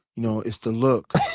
you know it's the look.